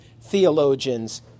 theologians